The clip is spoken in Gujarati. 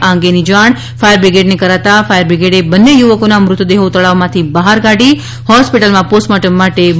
આ અંગેની જાણ ફાયરબ્રિગેડને કરાતા ફાયરબ્રિગેડે બન્ને યુવકોના મૃતદેહો તળાવમાંથી બહાર કાઢીને હોસ્પિટલમાં પોસ્ટમોર્ટમ માટે મોકલી આપ્યા છે